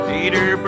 Peter